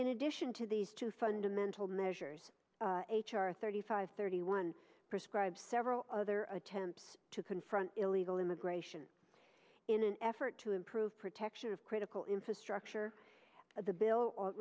in addition to these two fundamental measures h r thirty five thirty one prescribe several other attempts to confront illegal immigration in an effort to improve protection of critical infrastructure of the bill